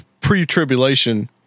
pre-tribulation